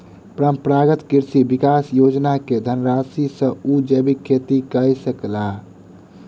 परंपरागत कृषि विकास योजना के धनराशि सॅ ओ जैविक खेती कय सकला